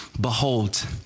behold